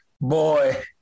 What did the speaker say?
boy